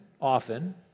often